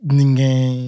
ninguém